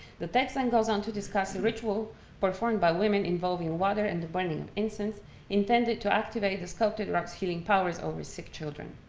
the text then goes on to discuss a ritual performed by women involving water and the burning of incense intended to activate the sculpted rock's healing powers over sick children.